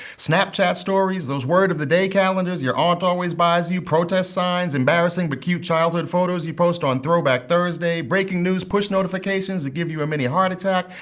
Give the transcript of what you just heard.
snapchat stories, those word of the day calendars your aunt always buys you, protest signs, embarrassing but cute childhood photos you post on throwbackthursday, breaking news push notifications that give you a mini heart attack,